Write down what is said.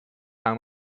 how